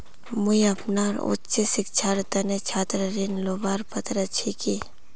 मुई अपना उच्च शिक्षार तने छात्र ऋण लुबार पत्र छि कि?